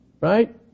right